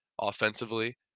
offensively